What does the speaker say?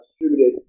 distributed